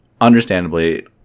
understandably